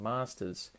Masters